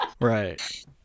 Right